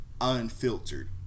unfiltered